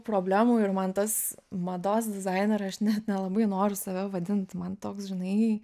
problemų ir man tas mados dizainerė net nelabai noriu save vadint man toks žinai